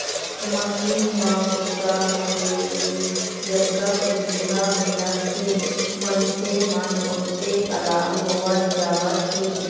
machine म बूता होए ले जतका सुबिधा मिलत हे मनखे मन ओतके अलाल होवत जावत हे